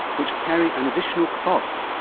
which carry an additional cost,